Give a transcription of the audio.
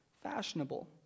fashionable